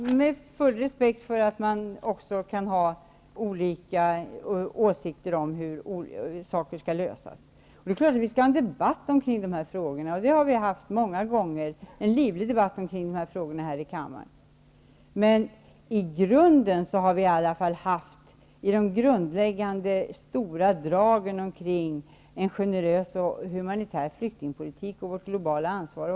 Jag har full respekt för att man också kan ha olika uppfattningar om hur saker och ting skall lösas. Det är klart att vi skall ha en debatt omkring de här frågorna. Vi har haft en livlig debatt omkring de här frågorna många gånger här i kammaren. Men i stora drag och i grunden har vi haft en värdegemenskap här i riksdagen när det gäller en generös och humanitär flyktingpolitik och vårt globala ansvar.